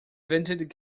vented